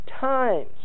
times